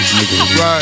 Right